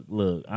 look